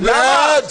אני בעד,